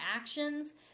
actions